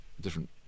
different